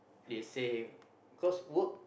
they say cause work